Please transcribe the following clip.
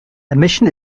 admission